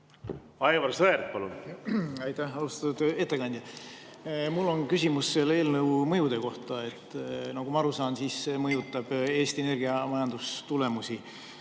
Aivar Sõerd, palun! Aitäh! Austatud ettekandja! Mul on küsimus selle eelnõu mõjude kohta. Nagu ma aru saan, see mõjutab Eesti Energia majandustulemusi.